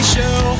Show